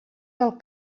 del